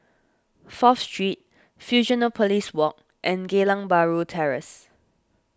Fourth Street Fusionopolis Walk and Geylang Bahru Terrace